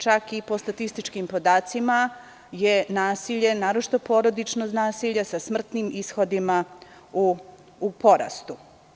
Čak je i po statističkim podacima nasilje, naročito porodično nasilje sa smrtnim ishodima u porastu.